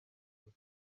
kure